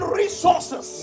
resources